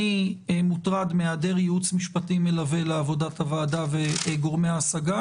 אני מוטרד מהיעדר ייעוץ משפטי מלווה לעבודת הוועדה וגורמי ההשגה.